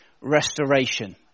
restoration